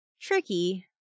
Tricky